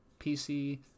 PC